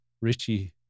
Richie